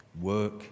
work